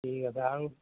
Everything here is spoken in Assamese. ঠিক আছে আৰু